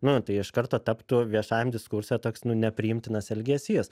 nu tai iš karto taptų viešajam diskurse toks nu nepriimtinas elgesys